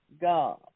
God